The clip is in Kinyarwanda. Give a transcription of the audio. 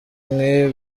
nke